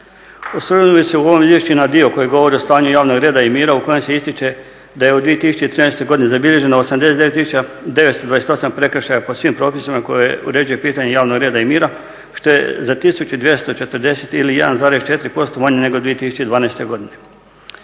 Osvrnuli se u ovom izvješću i na dio koji govori o stanju javnog reda i mira u kojem se ističe da je u 2013. godini zabilježeno 89 tisuća 928 prekršaja po svim propisima koje uređuje pitanje javnog reda i mira što je za 1240 ili 1,4% manje nego 2012. godine.